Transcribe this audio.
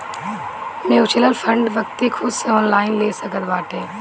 mutual fund व्यक्ति खुद से ऑनलाइन ले सकत बाटे